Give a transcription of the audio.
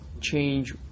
change